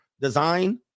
design